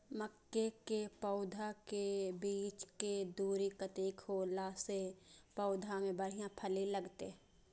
मके के पौधा के बीच के दूरी कतेक होला से पौधा में बढ़िया फली लगते?